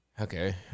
Okay